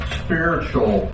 spiritual